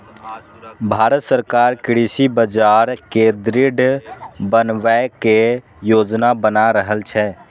भांरत सरकार कृषि बाजार कें दृढ़ बनबै के योजना बना रहल छै